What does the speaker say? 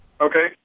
Okay